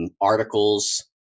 articles